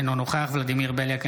אינו נוכח ולדימיר בליאק,